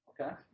Okay